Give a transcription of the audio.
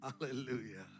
Hallelujah